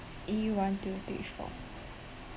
E one two three four